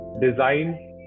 design